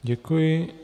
Děkuji.